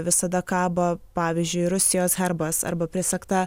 visada kaba pavyzdžiui rusijos herbas arba prisegta